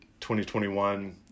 2021